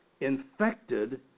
infected